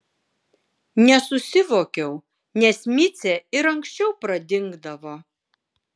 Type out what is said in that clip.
nesusivokiau nes micė ir anksčiau pradingdavo